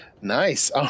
Nice